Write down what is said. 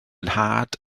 nhad